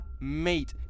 mate